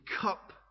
cup